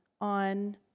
on